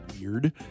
weird